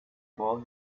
boy